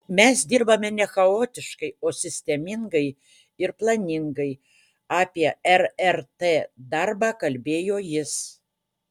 mes dirbame ne chaotiškai o sistemingai ir planingai apie rrt darbą kalbėjo jis